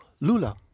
Lula